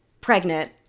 pregnant